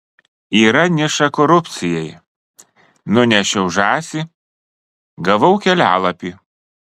yra niša korupcijai nunešiau žąsį gavau kelialapį